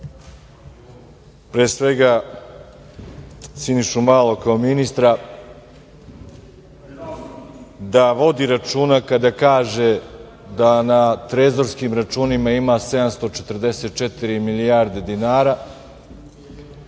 pre svega Sinišu Malog kao ministra da vodi računa kada kaže da na trezorskim računima ima 744 milijarde dinara,